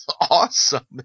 awesome